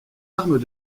armes